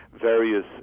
various